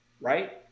right